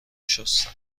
شستم